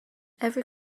every